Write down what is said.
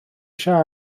eisiau